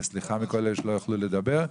וסליחה מאלה שלא יכלו לדבר.